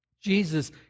Jesus